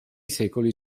secoli